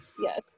Yes